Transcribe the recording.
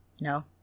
No